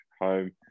home